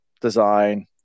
design